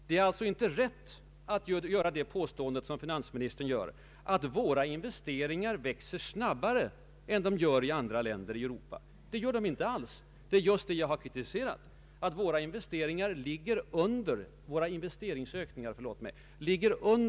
Det är alltså inte rätt att göra det påståendet som finansministern gör, nämligen att våra investeringar ”växer snabbare” än investeringarna i andra länder i Europa. Det gör de inte alls. Det är just detta som jag har kritiserat. Takten i våra investeringsökningar är långsammare.